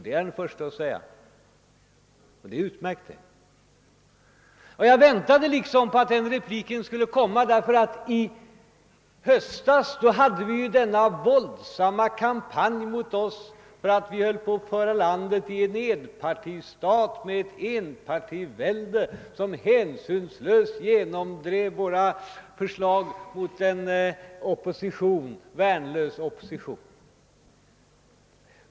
Det är jag den förste att erkänna, och det är utmärkt. Jag väntade nästan att den repliken skulle komma. I höstas fördes ju en våldsam kampanj mot oss för att vi höll på att göra landet till en enpartistat med enpartivälde, som hänsynslöst genomdrev sina förslag mot en värnlös opposition.